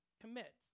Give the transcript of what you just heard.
Commit